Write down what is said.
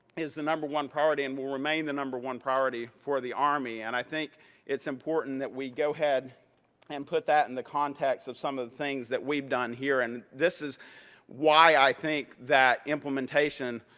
is the number one priority and will remain the number one priority for the army. and i think it's important that we go ahead and put that in the context of some of the things that we've done here. and this is why i think that implementation